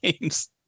games